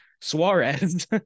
suarez